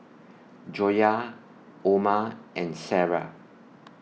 Joyah Omar and Sarah